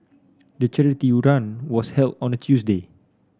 the charity run was held on a Tuesday